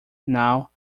now